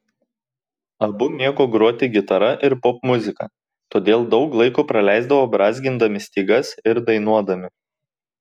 abu mėgo groti gitara ir popmuziką todėl daug laiko praleisdavo brązgindami stygas ir dainuodami